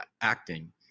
acting